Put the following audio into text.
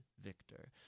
victor